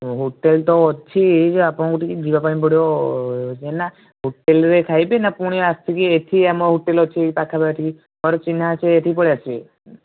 ହଁ ହୋଟେଲ ତ ଅଛି ଯେ ଆପଣଙ୍କୁ ଟିକେ ଯିବାପାଇଁ ପଡ଼ିବ ହୋଟେଲରେ ଖାଇବେ ନା ପୁଣି ଆସିକି ଏଇଠି ଆମ ହୋଟେଲ ଅଛି ଏଇ ପାଖାପାଖି ମୋର ଚିହ୍ନା ଅଛି ଏଠିକି ପଳାଇ ଆସିବେ